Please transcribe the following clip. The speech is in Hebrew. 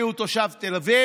בני הוא תושב תל אביב.